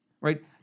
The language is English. right